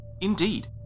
Indeed